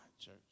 church